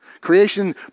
Creation